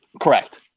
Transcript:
Correct